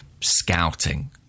scouting